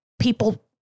people